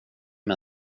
mig